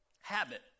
habit